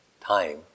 time